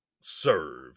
serve